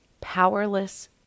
powerless